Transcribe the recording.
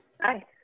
Hi